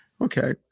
Okay